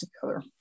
together